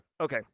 Okay